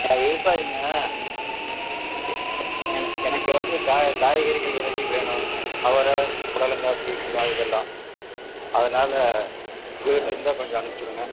நான் விவசாயிங்க எ எனக் எனக்கு வந்து கா காய்கறிகள் விதைகள் வேணும் அவரை புடலங்கா பீக்கங்காய் இதெல்லாம் அதனால் உங்கக்கிட்ட இருந்தால் கொஞ்சம் அனுப்புச்சி விடுங்க